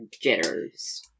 Jitters